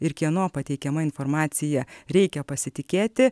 ir kieno pateikiama informacija reikia pasitikėti